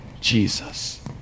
Jesus